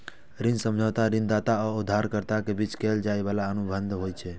ऋण समझौता ऋणदाता आ उधारकर्ता के बीच कैल जाइ बला अनुबंध होइ छै